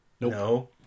No